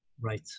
right